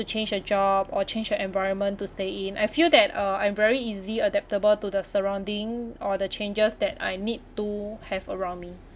to change a job or change the environment to stay in I feel that uh I'm very easily adaptable to the surrounding or the changes that I need to have around me